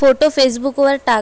photo फेसबुकवर टाक